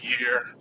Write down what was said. year